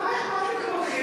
אחרים?